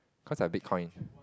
cause I Bitcoin